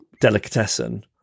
delicatessen